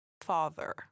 father